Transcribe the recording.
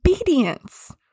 obedience